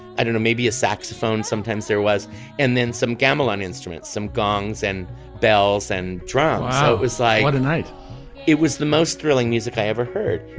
i don't know maybe a saxophone sometimes there was and then some gamblin instruments some gongs and bells and drums. ah it was like what a night it was the most thrilling music i ever heard.